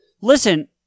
Listen